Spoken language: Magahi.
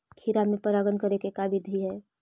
खिरा मे परागण करे के का बिधि है?